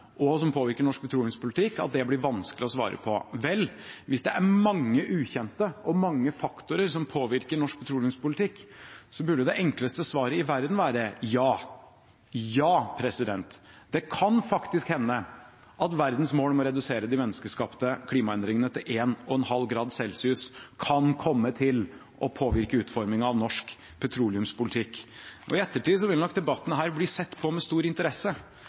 og som påvirker norsk petroleumspolitikk, blir det vanskelig å svare på. Vel, hvis det er mange ukjente og ulike faktorer som påvirker norsk petroleumspolitikk, burde det enkleste svaret i verden være: Ja, det kan faktisk hende at verdens mål om å redusere de menneskeskapte klimaendringene til 1,5 grader kan komme til å påvirke utformingen av norsk petroleumspolitikk. I ettertid vil nok denne debatten bli sett på med stor interesse,